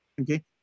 okay